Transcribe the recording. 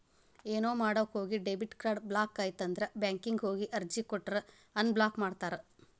ಏನೋ ಮಾಡಕ ಹೋಗಿ ಡೆಬಿಟ್ ಕಾರ್ಡ್ ಬ್ಲಾಕ್ ಆಯ್ತಂದ್ರ ಬ್ಯಾಂಕಿಗ್ ಹೋಗಿ ಅರ್ಜಿ ಕೊಟ್ರ ಅನ್ಬ್ಲಾಕ್ ಮಾಡ್ತಾರಾ